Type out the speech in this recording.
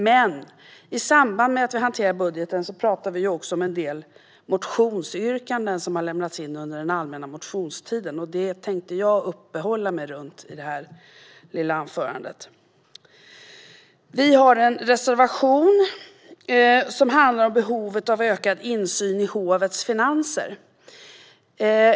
Men i samband med att vi hanterar budgeten talar vi också om en del motionsyrkanden som lämnats in under den allmänna motionstiden, och det tänkte jag uppehålla mig vid i detta lilla anförande. Vi har en reservation som handlar om behovet av ökad insyn i hovets finanser.